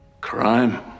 Crime